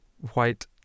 white